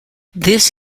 this